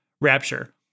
rapture